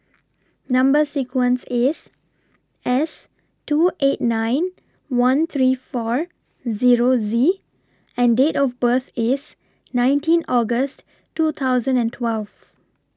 Number sequence IS S two eight nine one three four Zero Z and Date of birth IS nineteen August two thousand and twelve